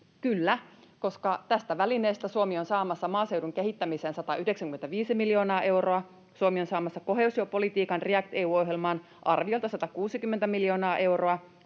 Kyllä, koska tästä välineestä Suomi on saamassa maaseudun kehittämiseen 195 miljoonaa euroa. Suomi on saamassa koheesiopolitiikan REACT-EU-ohjelmaan arviolta 160 miljoonaa euroa,